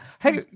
hey